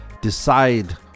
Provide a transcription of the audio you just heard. decide